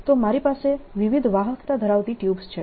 તો મારી પાસે વિવિધ વાહકતા ધરાવતી ટયુબ્સ છે